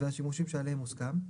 והשימושים שעליהם הוסכם,